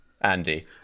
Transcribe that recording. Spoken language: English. Andy